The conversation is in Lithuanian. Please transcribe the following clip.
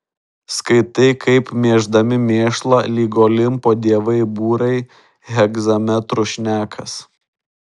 skaitai kaip mėždami mėšlą lyg olimpo dievai būrai hegzametru šnekas